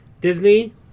Disney